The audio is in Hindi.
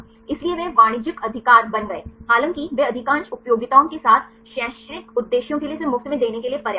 इसलिए वे वाणिज्यिक अधिकार बन गए हालांकि वे अधिकांश उपयोगिताओं के साथ शैक्षिक उद्देश्यों के लिए इसे मुफ्त में देने के लिए पर्याप्त हैं